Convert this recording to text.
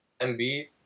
MB